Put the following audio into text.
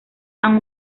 han